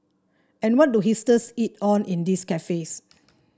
and what do hipsters eat on in these cafes